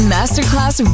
Masterclass